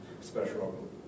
special